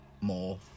more